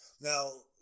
now